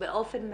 אני